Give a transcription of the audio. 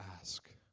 ask